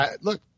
look